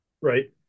Right